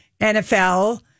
NFL